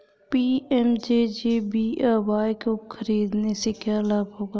PMJJBY को खरीदने से क्या लाभ होगा?